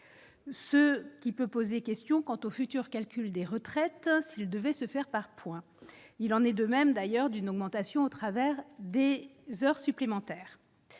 ce qui peut poser question quant au futur, calcul des retraites s'il devait se faire par points, il en est de même d'ailleurs d'une augmentation au travers des heures supplémentaires,